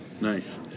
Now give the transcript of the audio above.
nice